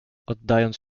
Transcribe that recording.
oddając